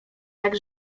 tak